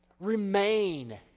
Remain